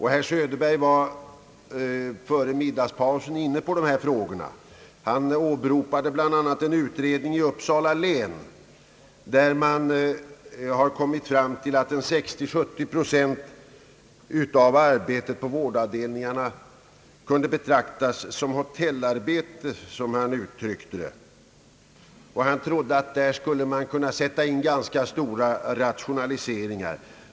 Herr Söderberg var före middagspausen inne på dessa frågor. Han åberopade bl.a. en utredning i Uppsala län, där man kommit fram till att 60—70 procent av arbetet på vård just en avdelningarna kunde betraktas som »hotellarbete», som han uttryckte det. Han trodde att man där skulle kunna sätta in ganska stora rationaliseringar.